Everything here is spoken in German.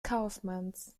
kaufmanns